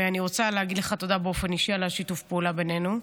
ואני רוצה להגיד לך תודה באופן אישי על שיתוף הפעולה בינינו.